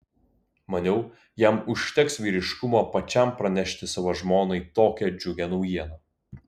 maniau jam užteks vyriškumo pačiam pranešti savo žmonai tokią džiugią naujieną